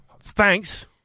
Thanks